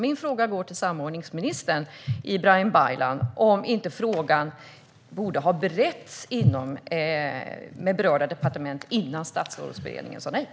Min fråga går till samordningsminister Ibrahim Baylan: Borde inte frågan ha beretts med berörda departement innan Statsrådsberedningen sa nej?